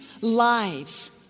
lives